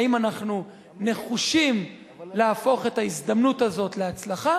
האם אנחנו נחושים להפוך את ההזדמנות הזאת להצלחה